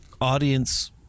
audience